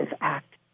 act